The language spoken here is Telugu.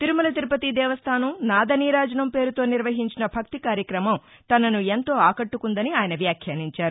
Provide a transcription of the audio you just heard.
తిరుమల తిరుపతి దేవస్టానం నాద నీరాజనం పేరుతో నిర్వహించిన భక్తి కార్యక్రమం తనసు ఎంతో ఆకట్టుకుందని ఆయన వ్యాఖ్యానించారు